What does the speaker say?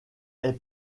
est